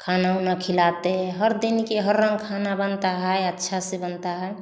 खाना उना खिलाते हैं हर दिन के हरया खाना बनता है अच्छा सा बनता है